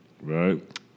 right